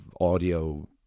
audio